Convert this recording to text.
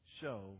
show